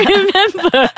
remember